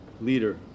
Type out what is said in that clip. leader